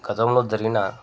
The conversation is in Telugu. గతంలో జరిగిన